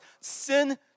sin